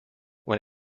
when